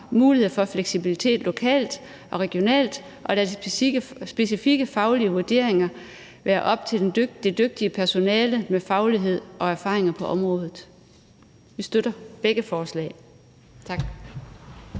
muligheder for fleksibilitet lokalt og regionalt og lade de specifikke faglige vurderinger være op til det dygtige personale med faglighed og erfaring på området. Vi støtter begge forslag.